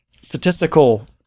statistical